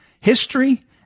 History